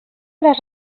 les